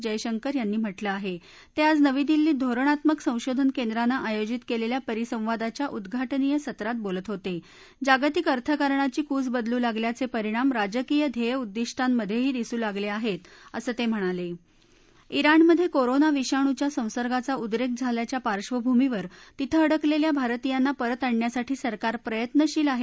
जयशंकर यांनी म्हटलं आहक्रिकाज नवी दिल्लीत धोरणात्मक संशोधन केंद्रानं आयोजित क्लिखा परिसंवादाच्या उद्घाटनीय सत्रात बोलत होता जागतिक अर्थकारणाची कुस बदलु लागल्याचप्रिणाम राजकीय ध्या उद्दिष्टांमध्यही दिसू लागल आहत असं त हिणाल ज्ञाणमध्यक्वीरोना विषाणूच्या संसर्गाचा उद्रक्वीझाल्याच्या पार्श्वभूमीवर तिथं अडकलख्वा भारतीयांना परत आणण्यासाठी सरकार प्रयत्नशील आह